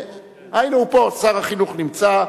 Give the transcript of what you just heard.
הנה, הוא פה, שר החינוך נמצא.